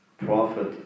Prophet